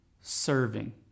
serving